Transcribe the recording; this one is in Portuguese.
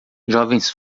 jovens